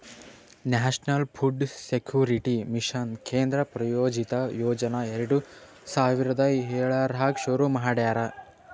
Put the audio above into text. national food security mission ಕೇಂದ್ರ ಪ್ರಾಯೋಜಿತ ಯೋಜನಾ ಎರಡು ಸಾವಿರದ ಏಳರಾಗ್ ಶುರು ಮಾಡ್ಯಾರ